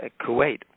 Kuwait